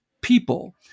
people